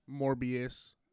Morbius